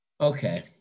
Okay